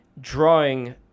drawing